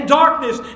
darkness